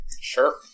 Sure